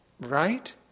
Right